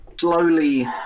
slowly